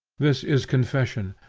this is confusion,